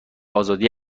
ازادی